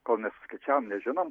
kol nesuskaičiavom nežinom